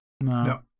No